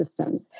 systems